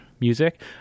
music